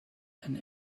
and